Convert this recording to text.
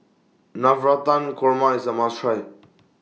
Navratan Korma IS A must Try